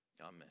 Amen